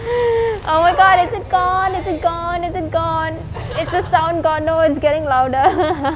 oh my god is it gone is it gone is it is the sound gone no it's getting louder